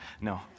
No